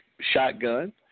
shotgun